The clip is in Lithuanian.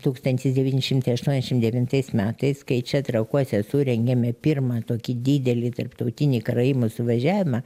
tūkstantis devyni šimtai aštuoniasšim devintais metais kai čia trakuose surengėme pirmą tokį didelį tarptautinį karaimų suvažiavimą